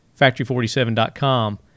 factory47.com